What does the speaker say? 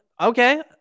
Okay